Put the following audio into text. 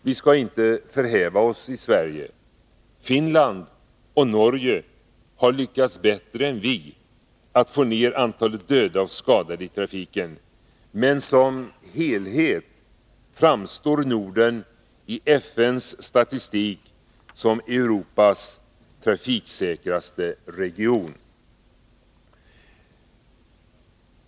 Vi skall inte förhäva oss i Sverige — Finland och Norge har lyckats bättre än vi att få ner antalet döda och skadade i trafiken — men som helhet framstår Norden i FN:s statistik som Europas trafiksäkraste region.